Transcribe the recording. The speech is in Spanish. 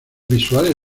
visuales